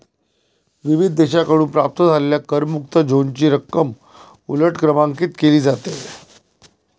विविध देशांकडून प्राप्त झालेल्या करमुक्त झोनची रक्कम उलट क्रमांकित केली जाते